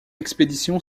expédition